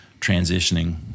transitioning